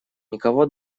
никого